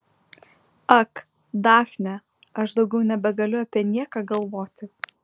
ak dafne aš daugiau nebegaliu apie nieką galvoti